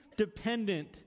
dependent